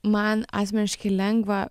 man asmeniškai lengva